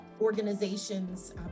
organization's